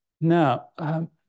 Now